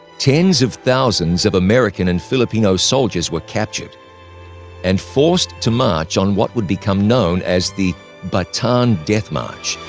tens of thousands of american and filipino soldiers were captured and forced to march on what would become known as the bataan death march.